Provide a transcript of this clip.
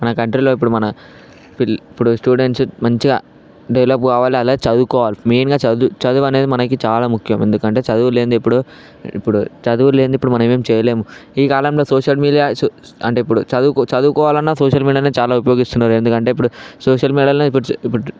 మన కంట్రీలో ఇప్పుడు మన ఇప్పుడు స్టూడెంట్స్ మంచిగా డెవలప్ కావాలి అలా చదువుకోవాలి మెయిన్గా చదువు చదువు అనేది మనకు చాలా ముఖ్యం ఎందుకంటే చదువు లేనిదే ఇప్పుడు ఇప్పుడు చదువు లేనిదే ఇప్పుడు మనం ఏం చేయలేము ఈ కాలంలో సోషల్ మీడియా అంటే ఇప్పుడు చదువు చదువుకోవాలన్నా సోషల్ మీడియానే చాలా ఉపయోగిస్తున్నారు ఎందుకంటే ఇప్పుడు సోషల్ మీడియాలో ఇప్పుడు